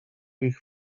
ich